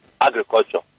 agriculture